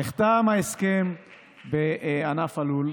נחתם ההסכם בענף הלול.